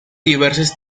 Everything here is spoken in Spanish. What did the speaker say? diversas